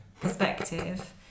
perspective